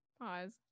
pause